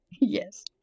Yes